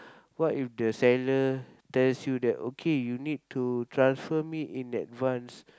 what if the seller tells you that okay you need to transfer me in advance